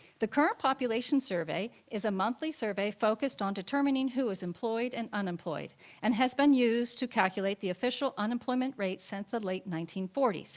the current population survey is a monthly survey focused on determining who is employed and unemployed and has been used to calculate the official unemployment rate since the late nineteen forty s.